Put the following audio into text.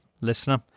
listener